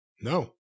No